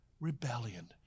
Rebellion